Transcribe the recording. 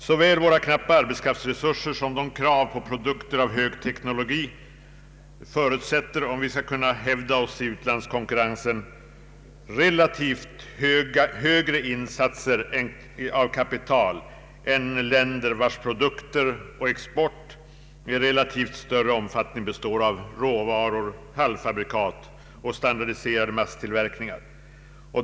Såväl våra knappa arbetskraftsresurser som krav på produkter av hög teknologi förutsätter, om vi skall kunna hävda oss i utlandskonkurrensen, relativt högre insatser av kapital än i länder vilkas produkter och export i förhållandevis större omfattning består av råvaror, halvfabrikat och standardiserade masstillverkningar.